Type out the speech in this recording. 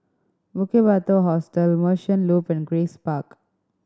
Bukit Batok Hostel Merchant Loop and Grace Park